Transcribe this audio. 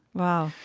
wow.